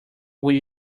will